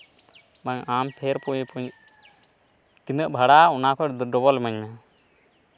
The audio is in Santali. ᱟᱢ ᱯᱷᱮᱨ ᱛᱤᱱᱟᱹᱜ ᱵᱷᱟᱲᱟ ᱚᱱᱟ ᱠᱷᱚᱡ ᱰᱚᱵᱚᱞ ᱤᱢᱟᱹᱧ ᱢᱮ